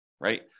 right